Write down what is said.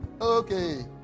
Okay